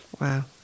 Wow